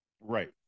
Right